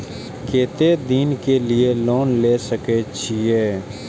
केते दिन के लिए लोन ले सके छिए?